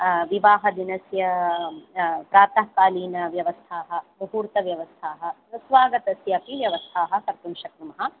विवाहदिनस्य प्रातःकालीन व्यवस्थाः मुहूर्तव्यवस्थाः तत् स्वागतस्यापि व्यवस्थाः कर्तुं शक्नुमः